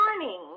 morning